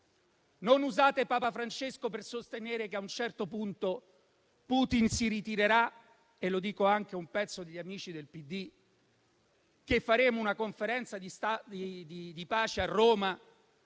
Non usate Papa Francesco per sostenere che a un certo punto Putin si ritirerà e che - lo dico anche a un pezzo di amici del PD - che faremo una conferenza di pace a Roma